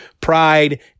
pride